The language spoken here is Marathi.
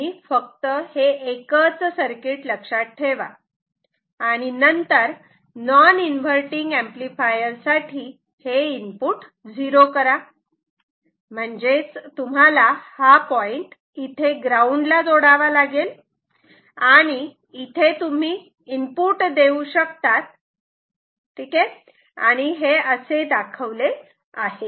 तुम्ही फक्त हे एकच सर्किट लक्षात ठेवा आणि नंतर नॉन इन्व्हर्टटिंग एंपलीफायर साठी हे इनपुट झिरो करा म्हणजेच तुम्हाला हा पॉईंट इथे ग्राऊंड ला जोडावा लागेल आणि इथे तुम्ही इनपुट देऊ शकतात आणि हे असे दाखवले आहे